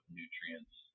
nutrients